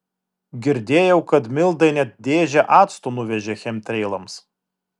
girdėjau kad mildai net dėžę acto nuvežė chemtreilams